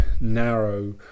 narrow